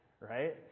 right